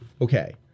Okay